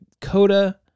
CODA